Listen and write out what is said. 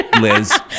Liz